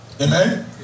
Amen